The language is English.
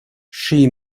she